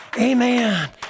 Amen